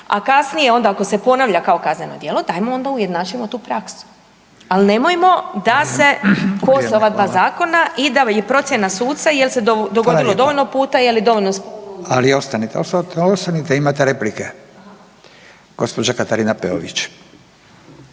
a kasnije onda ako se ponavlja kao kazneno djelo dajmo onda ujednačimo tu praksu. Al nemojmo da se kose ova dva zakona i da je procjena suca jel se dogodilo dovoljno puta …/Upadica: Fala lijepa/…, je li dovoljno… **Radin, Furio (Nezavisni)** Ali ostanite, ostanite, imate replike. gđa. Katarina Peović.